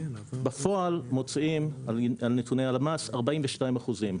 בפועל מוציאים על פי נתוני הלמ"ס 42 אחוזים,